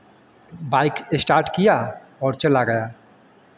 bike start किया और चला गया